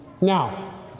Now